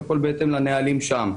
הכול בהתאם לנהלים שם.